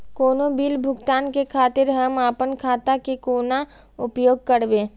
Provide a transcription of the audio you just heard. कोनो बील भुगतान के खातिर हम आपन खाता के कोना उपयोग करबै?